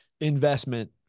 investment